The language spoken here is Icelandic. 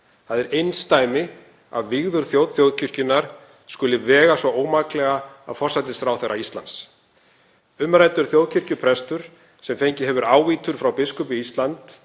Það er einsdæmi að vígður þjónn þjóðkirkjunnar skuli vega svo ómaklega að forsætisráðherra Íslands. Umræddur þjóðkirkjuprestur, sem fengið hefur ávítur frá biskupi Íslands,